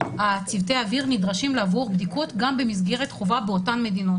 צוותי האוויר נדרשים לעבור בדיקות גם במסגרת חובה באותן מדינות.